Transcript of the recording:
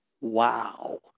Wow